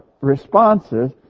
responses